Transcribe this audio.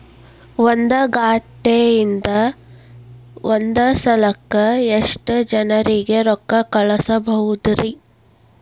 ಒಂದ್ ಖಾತೆಯಿಂದ, ಒಂದ್ ಸಲಕ್ಕ ಎಷ್ಟ ಜನರಿಗೆ ರೊಕ್ಕ ಕಳಸಬಹುದ್ರಿ?